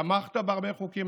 תמכת בהרבה חוקים.